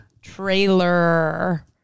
trailer